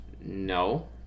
No